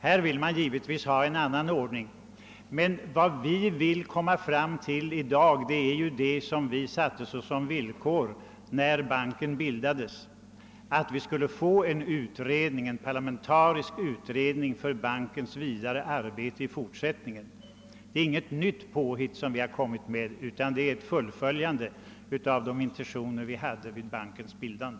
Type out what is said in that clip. Här vill vi givetvis ha en annan ordning. Vad vi vill komma fram till i dag är det som vi satte som villkor när banken bildades: att vi skall få en parlamentarisk utredning om bankens fortsatta arbete. Det är inget nytt påhitt vi har kommit med utan ett fullföljande av de intentioner som vi hade vid bankens bildande.